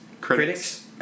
critics